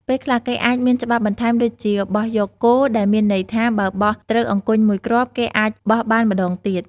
ពេលខ្លះ គេអាចមានច្បាប់បន្ថែមដូចជា បោះយកគោ ដែលមានន័យថា បើបោះត្រូវអង្គញ់មួយគ្រាប់ គេអាចបោះបានម្ដងទៀត ។